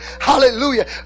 Hallelujah